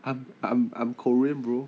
I'm I'm I'm korean bro